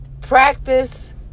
Practice